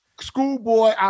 schoolboy